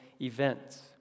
events